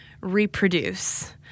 reproduce